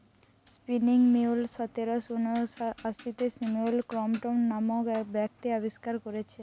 spinning mule সতেরশ ঊনআশিতে Samuel Crompton নামক ব্যক্তি আবিষ্কার কোরেছে